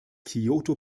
kyoto